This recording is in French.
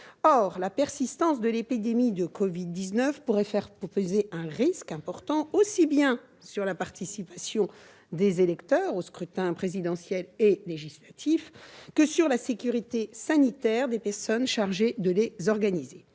La persistance de l'épidémie de covid-19 pourrait en effet faire peser un risque important aussi bien sur la participation des électeurs aux scrutins présidentiel et législatifs que sur la sécurité sanitaire des personnes chargées de les organiser.